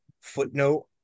footnote